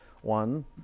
One